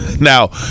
Now